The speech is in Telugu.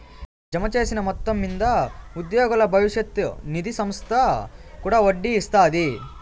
జమచేసిన మొత్తం మింద ఉద్యోగుల బవిష్యత్ నిది సంస్త కూడా ఒడ్డీ ఇస్తాది